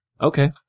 Okay